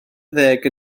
ddeg